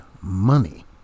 money